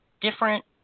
different